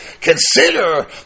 consider